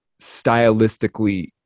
stylistically